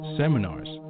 seminars